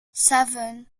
seven